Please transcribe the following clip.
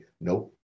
nope